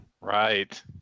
Right